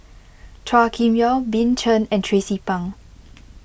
Chua Kim Yeow Bill Chen and Tracie Pang